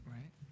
Right